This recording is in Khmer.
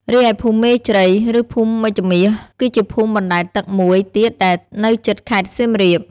រីឯភូមិមេជ្រៃ ឬភូមិមេជ្ឈមាស គឺជាភូមិបណ្តែតទឹកមួយទៀតដែលនៅជិតខេត្តសៀមរាប។